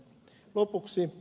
lopuksi